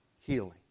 healing